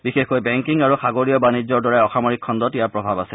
বিশেষকৈ বেংকীং আৰু সাগৰিয় বাণিজ্যৰ দৰে অসামৰিক খণ্ডত ইয়াৰ প্ৰভাৱ আছে